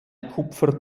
kupfer